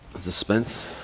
Suspense